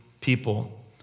people